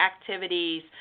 activities